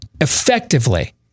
effectively